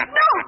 no